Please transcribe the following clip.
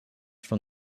from